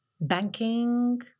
banking